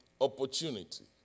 Opportunity